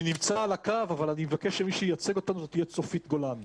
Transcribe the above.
אני נמצא על הקו אבל אני מבקש שמי שייצג אותנו זאת תהיה צופית גולן.